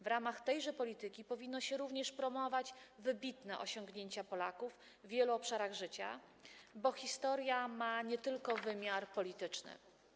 W ramach tejże polityki powinno się również promować wybitne osiągnięcia Polaków w wielu obszarach życia, bo historia ma wymiar nie tylko polityczny.